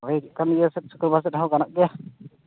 ᱦᱳᱭ ᱥᱩᱠᱩᱞᱵᱟᱨ ᱥᱮᱫ ᱦᱚᱸ ᱜᱟᱱᱚᱜ ᱜᱮᱭᱟ